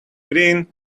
green